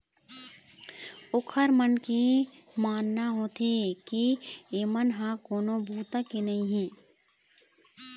ओखर मन के मानना होथे के एमन ह कोनो बूता के नइ हे